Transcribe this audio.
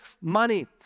money